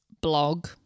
blog